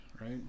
right